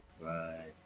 right